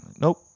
Nope